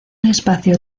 espacio